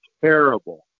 terrible